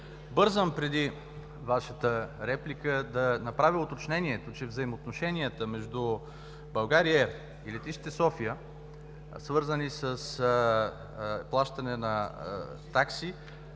Бързам преди Вашата реплика да направя уточнението, че взаимоотношенията между България и летище София, свързани с плащане на такси,